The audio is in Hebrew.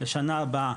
לשנה הבאה,